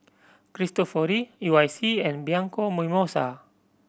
Cristofori U I C and Bianco Mimosa